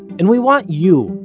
and we want you,